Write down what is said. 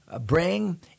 bring—